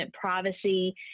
privacy